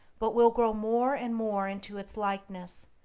but will grow more and more into its likeness,